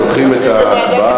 דוחים את ההצבעה,